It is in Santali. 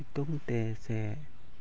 ᱛᱩᱢ ᱛᱮ ᱥᱮ